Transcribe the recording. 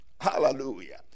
hallelujah